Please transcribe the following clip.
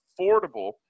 affordable